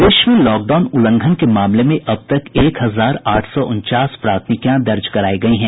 प्रदेश में लॉकडाउन उल्लंघन के मामले में अब तक एक हजार आठ सौ उनचास प्राथमिकियां दर्ज करायी गयी हैं